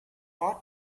boss